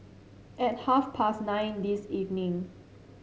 at half past nine this evening